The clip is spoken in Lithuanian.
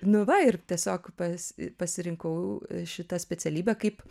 nu va ir tiesiog pas pasirinkau šitą specialybę kaip